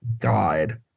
God